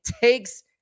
takes